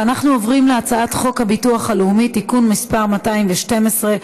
אנחנו עוברים להצעת חוק הביטוח הלאומי (תיקון מס' 212),